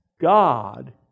God